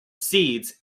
seeds